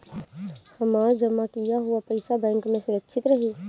हमार जमा किया हुआ पईसा बैंक में सुरक्षित रहीं?